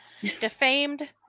defamed